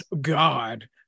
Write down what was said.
God